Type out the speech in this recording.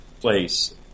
place